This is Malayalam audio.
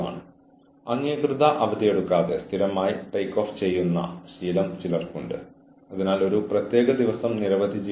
ജീവനക്കാരൻ വേണ്ടത്ര പ്രകടനം നടത്തിയില്ലെങ്കിൽ എന്ത് സംഭവിക്കുമെന്ന് ജീവനക്കാരന് അറിയാമോ